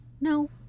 No